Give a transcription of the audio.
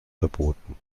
verboten